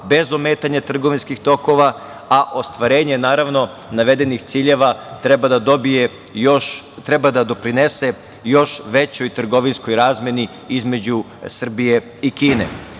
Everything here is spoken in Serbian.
bez ometanja trgovinskih tokova, a ostvarenje, naravno, navedenih ciljeva treba da doprinese još većoj trgovinskoj razmeni između Srbije i Kine. Pred